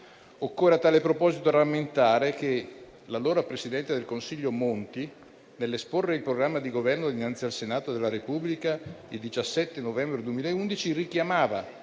Occorre a tale proposito rammentare che l'allora presidente del Consiglio Monti, nell'esporre il programma di Governo dinanzi al Senato della Repubblica il 17 novembre 2011, richiamava